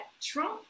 Trump